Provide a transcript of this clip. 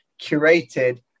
curated